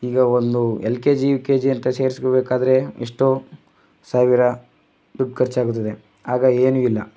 ಈಗ ಒಂದು L K G U K ಜಿಯಂಥ ಸೇರ್ಸ್ಕೊಳ್ಬೇಕಾದ್ರೆ ಎಷ್ಟೋ ಸಾವಿರ ದುಡ್ಡು ಖರ್ಚಾಗುತ್ತದೆ ಆಗ ಏನು ಇಲ್ಲ